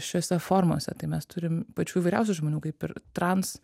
šiose formose tai mes turim pačių įvairiausių žmonių kaip ir trans